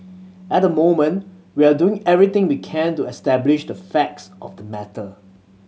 at the moment we are doing everything we can to establish the facts of the matter